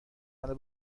منو